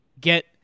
get